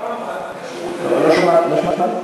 פעם אחת, לא שמעתי.